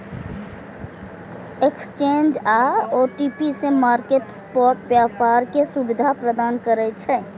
exchange आ OTC market spot व्यापार के सुविधा प्रदान करै छै